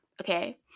Okay